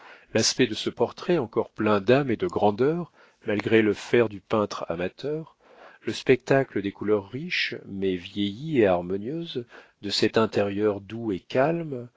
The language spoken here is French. l'aspect de ce portrait encore plein d'âme et de grandeur malgré le faire du peintre amateur le spectacle des couleurs riches mais vieillies et harmonieuses de cet intérieur doux et calme